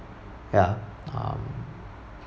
ya um